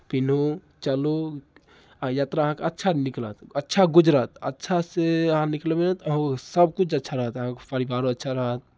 पहिनू चलू आ यात्रा अहाँके अच्छा निकलत अच्छा गुजरत अच्छासँ अहाँ निकलबै अहूँ सभकिछु अच्छा रहत अहाँके परिवारो अच्छा रहत